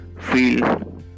feel